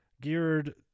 geared